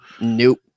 Nope